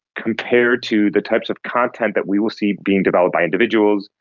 compared to the types of content that we will see being developed by individuals,